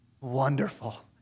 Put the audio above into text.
wonderful